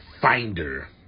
finder